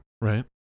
Right